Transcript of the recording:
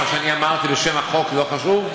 מה שאני אמרתי בשם החוק לא חשוב?